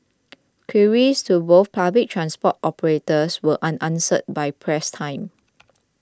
queries to both public transport operators were unanswered by press time